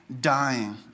dying